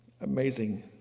Amazing